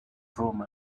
room